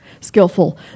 skillful